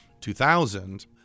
2000